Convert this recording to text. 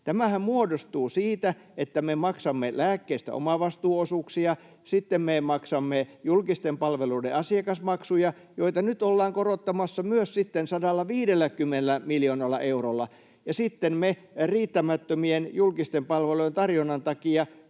Tämähän muodostuu siitä, että me maksamme lääkkeistä omavastuuosuuksia, sitten me maksamme julkisten palveluiden asiakasmaksuja, joita nyt ollaan myös korottamassa 150 miljoonalla eurolla, ja sitten me riittämättömien julkisten palvelujen tarjonnan takia